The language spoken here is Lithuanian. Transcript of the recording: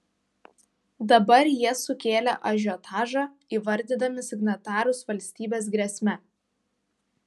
dabar jie sukėlė ažiotažą įvardydami signatarus valstybės grėsme